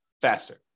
faster